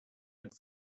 wine